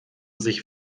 sich